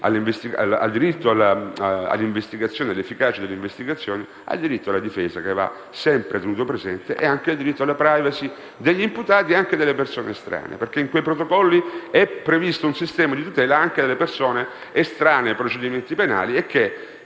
al diritto e all'efficacia dell'investigazione, al diritto alla difesa, che va sempre tenuto presente, e anche al diritto della *privacy* degli imputati e delle persone estranee. In quei protocolli, infatti, è previsto un sistema di tutela anche delle persone estranee ai procedimenti penali. Come